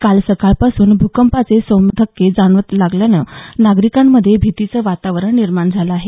काल सकाळपासून भूकंपाचे सौम्य धक्के जाणवू लागल्याने नागरिकांमध्ये भीतीचं वातावरण निर्माण झालं आहे